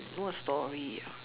what story ah